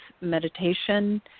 meditation